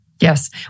Yes